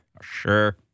Sure